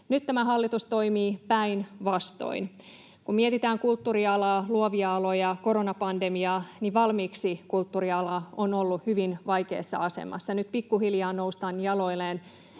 Nyt tämä hallitus toimii päinvastoin. Kun mietitään kulttuurialaa, luovia aloja ja koronapandemiaa, niin kulttuuriala on ollut valmiiksi hyvin vaikeassa asemassa. Nyt pikkuhiljaa noustaan jaloilleen